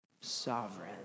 Sovereign